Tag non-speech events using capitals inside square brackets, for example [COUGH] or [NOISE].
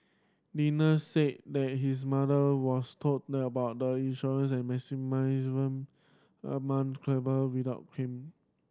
[UNINTELLIGIBLE] said that his mother was told about the insurance and [UNINTELLIGIBLE] amount claimable without him